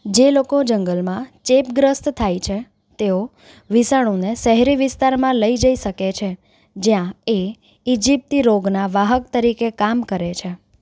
જે લોકો જંગલમાં ચેપગ્રસ્ત થાય છે તેઓ વિષાણુને શહેરી વિસ્તારમાં લઈ જઈ શકે છે જ્યાં એ ઈજિપ્તી રોગના વાહક તરીકે કામ કરે છે